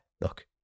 look